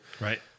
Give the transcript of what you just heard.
Right